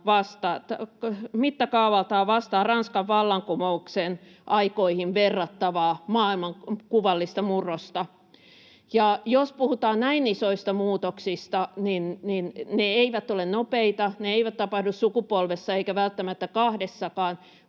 vastaa Ranskan vallankumouksen aikoihin verrattavaa maailmankuvallista murrosta. Jos puhutaan näin isoista muutoksista, ne eivät ole nopeita, ne eivät tapahdu sukupolvessa eivätkä välttämättä kahdessakaan,